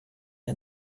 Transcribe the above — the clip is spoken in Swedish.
jag